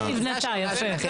איך נבנתה, יפה.